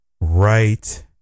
right